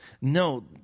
No